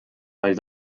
weil